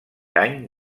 any